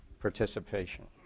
participation